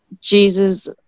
Jesus